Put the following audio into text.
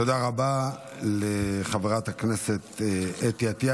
תודה רבה לחברת הכנסת אתי עטייה.